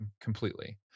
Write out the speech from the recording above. completely